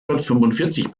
fünfundvierzig